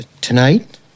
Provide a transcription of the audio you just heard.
Tonight